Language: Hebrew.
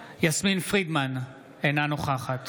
פרידמן, אינה נוכחת